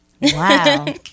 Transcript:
Wow